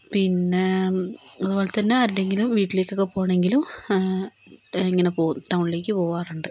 പിന്നെ അതുപോലത്തന്നെ ആരുടെയെങ്കിലും വീട്ടിലേക്കൊക്കെ പോകണമെങ്കിലും ഇങ്ങനെ പോകും ടൗണിലേക്ക് പോകാറുണ്ട്